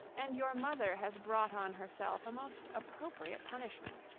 and your mother has brought on herself a most appropriate punishment.